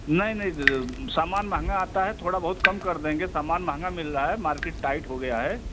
नहीं नहीं ज सामान महंगा आता है थोड़ा बहुत कम कर देंगे सामान महंगा मिल रहा है मार्केट टाइट हो गया है